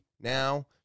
Now